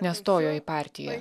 nestojo į partiją